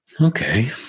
Okay